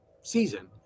season